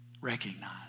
recognize